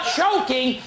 choking